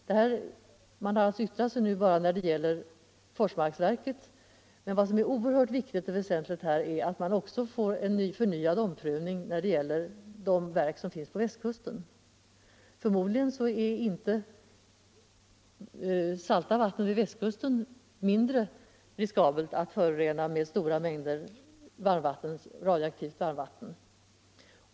Verket har yttrat sig bara när det gäller Forsmarksverket, men vad som är oerhört viktigt och väsentligt är att vi också får en omprövning av verken på västkusten. Förmodligen är det inte mindre riskabelt att förorena saltvattnet vid västkusten med stora mängder radioaktivt varmvatten.